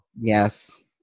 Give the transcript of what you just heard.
yes